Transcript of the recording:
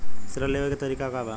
ऋण लेवे के तरीका का बा?